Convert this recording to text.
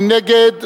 מי נגד?